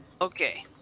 Okay